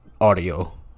audio